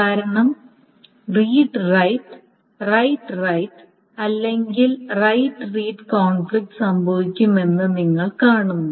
കാരണം read write write write അല്ലെങ്കിൽ write read conflict സംഭവിക്കുമെന്ന് നിങ്ങൾ കാണുന്നു